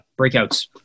breakouts